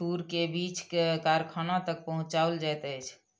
तूर के बीछ के कारखाना तक पहुचौल जाइत अछि